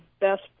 best